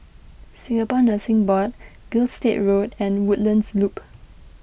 Singapore Nursing Board Gilstead Road and Woodlands Loop